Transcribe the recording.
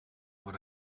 what